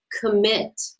commit